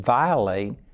violate